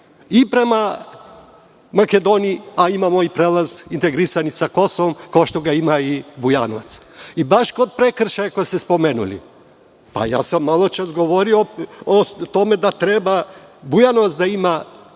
i prema Makedoniji, a imamo i prelaz integrisani sa Kosovom, kao što ga ima i Bujanovac. Baš kad ste prekršaje spomenuli, pa ja sam maločas govorio o tome da treba Bujanovac da ima